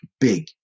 big